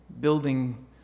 building